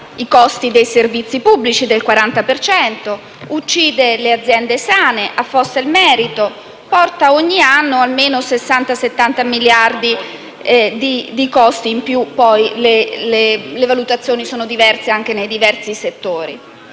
i costi dei servizi pubblici del 40 per cento, che uccide le aziende sane, che affossa il merito e che porta ogni anno almeno 60-70 miliardi di costi in più (le valutazioni sono diverse nei diversi settori).